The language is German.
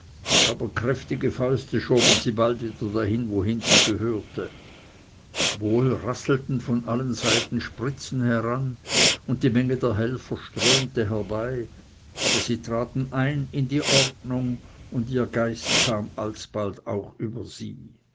aber kräftige fäuste schoben sie bald wieder dahin wohin sie gehörte wohl rasselten von allen seiten spritzen heran und die menge der helfenden strömte herbei aber sie traten ein in die ordnung und ihr geist kam alsbald auch über sie